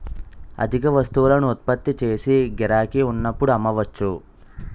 అధిక వస్తువులను ఉత్పత్తి చేసి గిరాకీ ఉన్నప్పుడు అమ్మవచ్చు